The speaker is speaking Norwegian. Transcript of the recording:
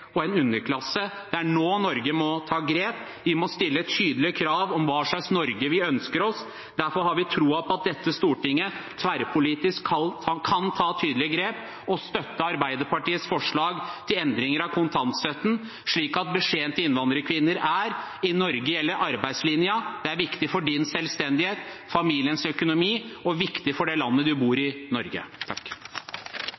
og en underklasse. Det er nå Norge må ta grep. Vi må stille tydelige krav om hva slags Norge vi ønsker oss. Derfor har vi troen på at dette stortinget tverrpolitisk kan ta tydelig grep og støtte Arbeiderpartiets forslag til endringer av kontantstøtten, slik at beskjeden til innvandrerkvinner er: I Norge gjelder arbeidslinja – det er viktig for din selvstendighet, for familiens økonomi og for det landet du bor